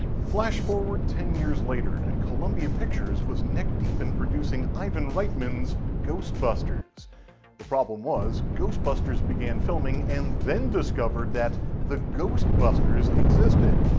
flash forward ten years later, and columbia pictures was neck deep in producing ivan reitman's ghostbusters. the problem was ghostbusters began filming and then discovered that the ghost busters existed.